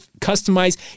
customize